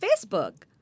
Facebook